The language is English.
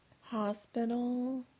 Hospital